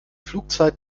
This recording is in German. flugzeit